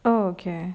oh okay